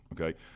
Okay